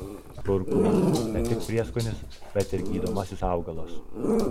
kurkuma ne tik prieskonis bet ir gydomasis augalas